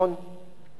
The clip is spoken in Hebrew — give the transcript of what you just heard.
ישבתי אתו,